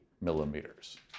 millimeters